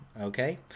okay